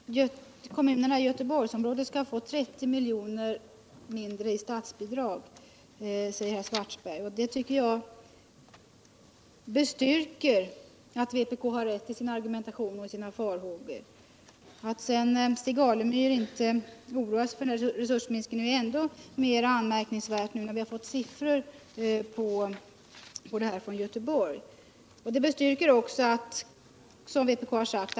Herr talman! Kommunerna i Göteborgsregionen skall få 30 miljoner mindre i statsbidrag, säger herr Svartberg. Det tycker jag bestyrker att vi i vpk har rätt i vår argumentation och våra farhågor. Att sedan Stig Alemyr inte oroas av denna resursminskning är ännu mer anmärkningsvärt när vi fått siffror på detta från Göteborg. Nytt statsbidrag Vad vi hört bestyrker också, som vpk sagt.